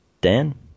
Dan